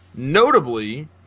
Notably